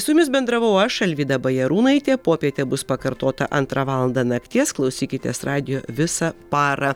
su jumis bendravau aš alvyda bajarūnaitė popietė bus pakartota antrą valandą nakties klausykitės radijo visą parą